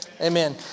Amen